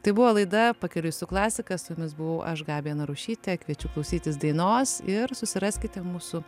tai buvo laida pakeliui su klasika su jumis buvau aš gabija narušytė kviečiu klausytis dainos ir susiraskite mūsų